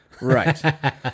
Right